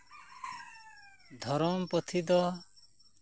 ᱫᱷᱚᱨᱚᱢ ᱯᱩᱛᱷᱤ ᱫᱚ